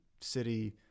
city